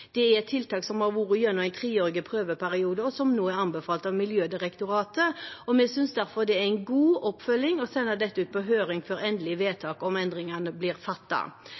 tiltak som har vært gjennom en treårig prøveperiode, og som nå er anbefalt av Miljødirektoratet. Vi synes derfor det er en god oppfølging å sende dette ut på høring før endelig vedtak om endringene blir